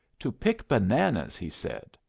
to pick bananas, he said.